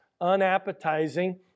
unappetizing